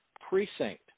precinct